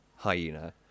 hyena